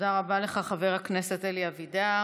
תודה רבה לך, חבר הכנסת אלי אבידר.